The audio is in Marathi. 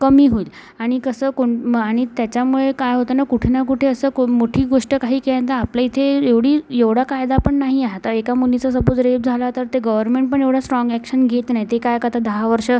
कमी होईल आणि कसं कोण आणि त्याच्यामुळे काय होतं ना कुठे ना कुठे असं कोम मोठी गोष्ट काही केलंन तर आपल्या इथे एवढी एवढा कायदा पण नाही आहे तर एका मुलीचं सपोज रेप झाला तर ते गवरमेंट पण एवढं स्ट्राँग अॅक्शन घेत नाही ते काय करतात दहा वर्ष